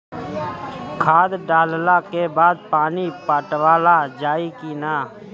खाद डलला के बाद पानी पाटावाल जाई कि न?